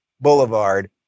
Boulevard